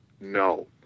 no